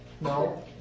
No